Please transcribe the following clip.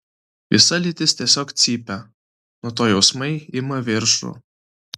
visa lytis tiesiog cypia nuo to jausmai ima viršų